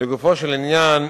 לגופו של עניין,